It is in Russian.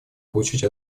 получить